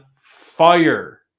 fire